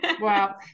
Wow